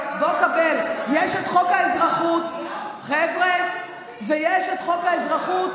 קבל, חבר'ה, יש את חוק האזרחות.